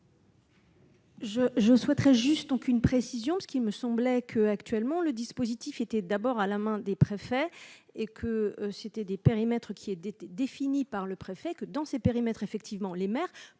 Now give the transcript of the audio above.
je souhaiterais juste aucune précision parce qu'il me semblait que, actuellement, le dispositif était d'abord à la main des préfets et que c'était des périmètres qui aide étaient définies par le préfet que dans ces périmètres, effectivement, les maires